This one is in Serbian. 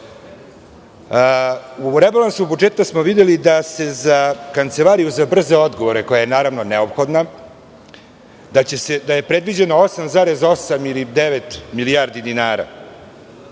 rebalansu budžeta smo videli da je za Kancelariju za brze odgovore koja je, naravno, neophodna, predviđeno 8,8 ili 9 milijardi dinara.